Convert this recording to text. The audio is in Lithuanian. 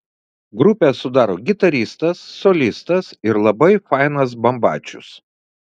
grupę sudaro gitaristas solistas ir labai fainas bambačius